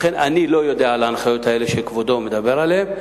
לכן אני לא יודע על ההנחיות האלה שכבודו מדבר עליהן,